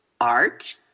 art